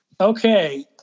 Okay